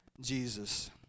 Jesus